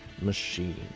Machine